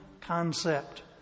concept